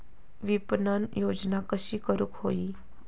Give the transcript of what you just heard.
विपणन योजना कशी करुक होई?